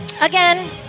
again